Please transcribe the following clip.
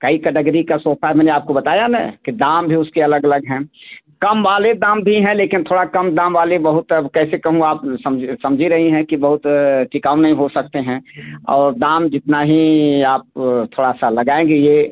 कई कैटागरी का सोफा है मैंने आपको बताया ना कि दाम भी उसके अलग अलग हैं कम वाले दाम भी हैं लेकिन थोड़ा कम दाम वाले बहुत अब कैसे कहूँ आप समझे समझी रही हैं कि बहुत टिकाऊ नहीं हो सकते हैं और दाम जितना ही आप थोड़ा सा लगाएँगी ये